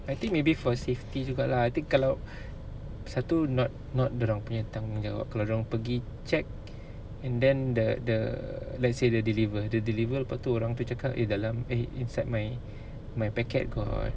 I think maybe for safety juga lah I think kalau satu not not dia orang punya tanggungjawab kalau dia orang pergi check and then the the let's say the deliver deliver lepas tu orang tu cakap eh dalam eh inside my my packet got